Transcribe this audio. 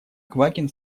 квакин